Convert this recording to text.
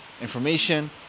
information